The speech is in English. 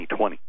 2020